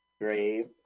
grave